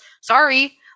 Sorry